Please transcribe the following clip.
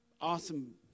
awesome